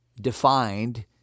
defined